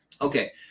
Okay